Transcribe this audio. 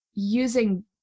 using